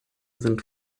sind